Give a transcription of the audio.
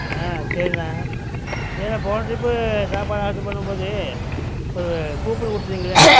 ஆ சரிண்ண இல்லைண்ண போன ட்ரிப்பு சாப்பாடு ஆட்ரு பண்ணும் போது ஒரு கூப்பன் கொடுத்தீங்கல்ல